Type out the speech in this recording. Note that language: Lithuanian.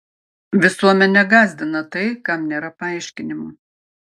visuomenę gąsdina tai kam nėra paaiškinimo